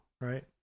right